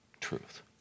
truth